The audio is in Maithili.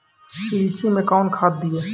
लीची मैं कौन खाद दिए?